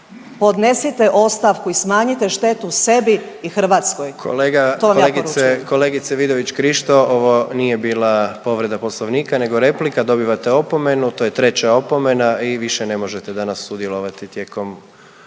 Podnesite ostavku i smanjite štetu sebi i Hrvatskoj